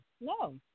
No